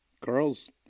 girls